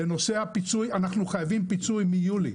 לנושא הפיצוי אנחנו חייבים פיצוי מיולי.